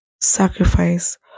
Sacrifice